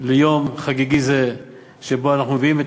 ליום חגיגי זה שבו אנחנו מביאים את